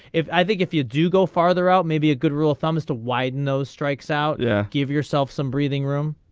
if i think if you do go farther out maybe a good rule of thumb is to widen those strikes out yeah. give yourself some breathing room.